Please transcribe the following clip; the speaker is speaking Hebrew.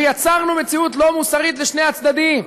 ויצרנו מציאות לא מוסרית לשני הצדדים,